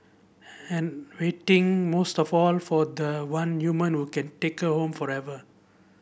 and waiting most of all for the one human who can take her home forever